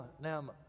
now